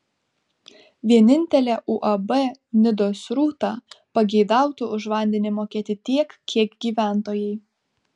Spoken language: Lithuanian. vienintelė uab nidos rūta pageidautų už vandenį mokėti tiek kiek gyventojai